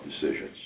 decisions